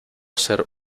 ser